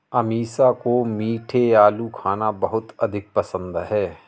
अमीषा को मीठे आलू खाना बहुत अधिक पसंद है